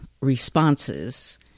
responses